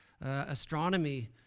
astronomy